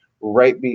right